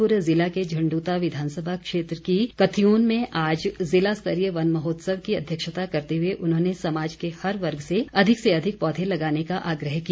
बिलासपुर जिला के झण्डूता विधानसभा क्षेत्र की कथ्यूंन में आज जिला स्तरीय वन महोत्सव की अध्यक्षता करते हुए उन्होंने समाज के हर वर्ग से अधिक से अधिक पौधे लगाने का आग्रह किया